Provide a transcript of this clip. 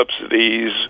subsidies